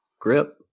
grip